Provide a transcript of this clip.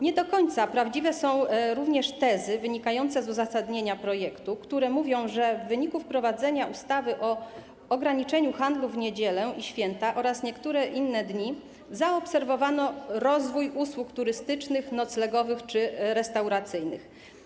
Nie do końca prawdziwe są również tezy wynikające z uzasadnienia projektu, które mówią, że w wyniku wprowadzenia ustawy o ograniczeniu handlu w niedziele i święta oraz w niektóre inne dni zaobserwowano rozwój usług turystycznych, noclegowych czy restauracyjnych.